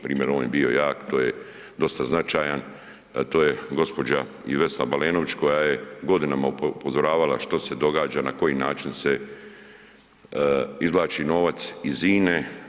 Primjer, on je bio jak, to je dosta značajan, to je gđa. i Vesna Balenović koja je godinama upozoravala što se događa, na koji način se izvlači novac iz INA-e.